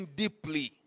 deeply